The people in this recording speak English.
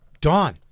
Dawn